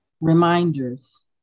reminders